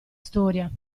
storia